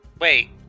wait